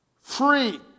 free